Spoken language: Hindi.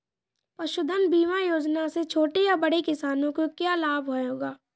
पशुधन बीमा योजना से छोटे या बड़े किसानों को क्या लाभ होगा?